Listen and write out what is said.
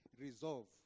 resolve